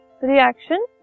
reaction